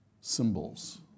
symbols